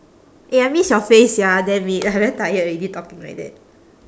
eh I miss your face sia damn it I very tired already talking like that